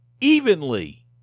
evenly